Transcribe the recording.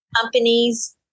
companies